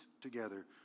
together